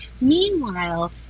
Meanwhile